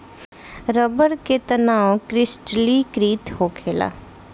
रबड़ के तनाव क्रिस्टलीकृत होखेला